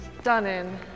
stunning